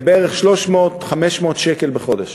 זה בערך 300 500 שקל בחודש.